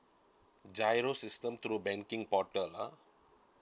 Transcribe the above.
giro system through banking portal uh